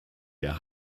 der